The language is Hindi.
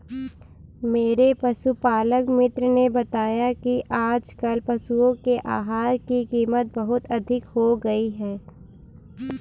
मेरे पशुपालक मित्र ने बताया कि आजकल पशुओं के आहार की कीमत बहुत अधिक हो गई है